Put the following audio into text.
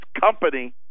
company